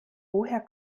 woher